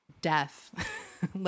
death